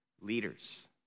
Leaders